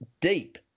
deep